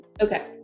okay